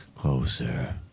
Closer